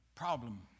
problem